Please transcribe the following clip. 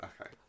Okay